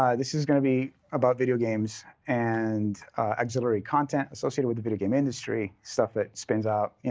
ah this is going to be about video games and auxiliary content associated with the video game industry, stuff that spins out. you know,